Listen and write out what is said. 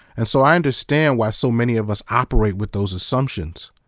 and so i understand why so many of us operate with those assumptions.